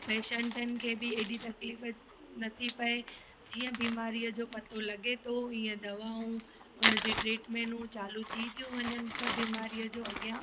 पेशंटनि खे बि एॾी तकलीफ़ न थी पए जीअं बीमारीअ जो पतो लॻे थो हीअं दवाऊं उन जी ट्रीट्मेंनूं चालू थी थियूं वञनि त बीमारीअ जो अॻियां